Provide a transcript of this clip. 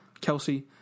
Kelsey